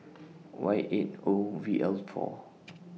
Y eight O V L four